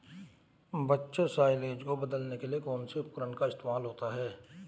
बच्चों साइलेज को बदलने के लिए कौन से उपकरण का इस्तेमाल होता है?